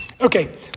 okay